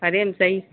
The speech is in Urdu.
فریم صحیح